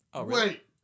Wait